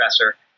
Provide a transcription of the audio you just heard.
professor